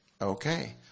Okay